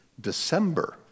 December